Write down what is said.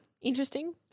interesting